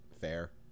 Fair